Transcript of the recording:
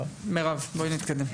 מירב, בואי נתקדם.